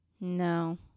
No